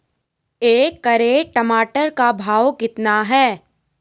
एक कैरेट टमाटर का भाव कितना है?